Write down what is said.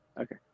Okay